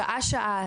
שעה-שעה,